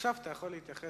עכשיו אתה יוכל להתייחס